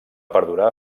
perdurar